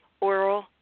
oral